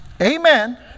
Amen